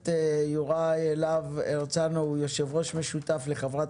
חבר הכנסת יוראי להב הרצנו הוא יושב-ראש משותף לחברת